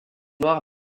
noire